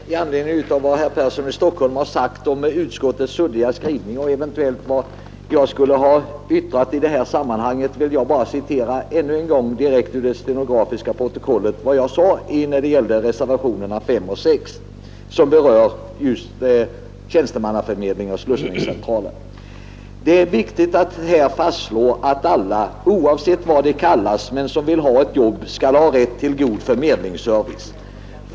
Herr talman! I anledning av vad herr Persson i Stockholm sagt om utskottets suddiga skrivning och om vad jag eventuellt skulle ha yttrat i det här sammanhanget vill jag ännu en gång citera direkt ur det stenografiska protokollet vad jag sade när det gällde reservationerna 5 och 6, som berör just tjänstemannaförmedling och slussningscentraler: ”Det är viktigt att här fastslå att alla, oavsett vad de kallas men som vill ha ett jobb, skall ha rätt till en god förmedlingsservice.